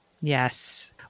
Yes